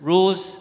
Rules